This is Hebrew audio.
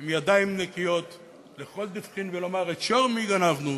עם ידיים נקיות לכל דכפין ולומר: את שור מי גנבנו